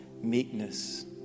Meekness